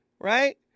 Right